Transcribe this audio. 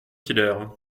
hilaire